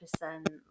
percent